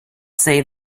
say